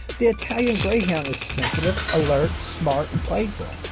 the italian greyhound is sensitive, alert, smart, and playful.